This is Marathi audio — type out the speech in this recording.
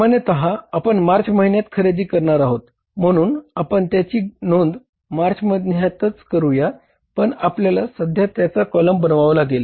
सामान्यत आपण मार्च महिन्यात खरेदी करणार आहोत म्हणून आपण त्याची नोंद मार्च महिन्यातच करूया पण आपल्याला सध्या त्याचा कॉलम बनवावा लागेल